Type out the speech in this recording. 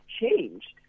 changed